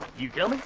you coming?